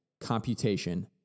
computation